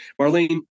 Marlene